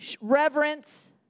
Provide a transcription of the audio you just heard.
reverence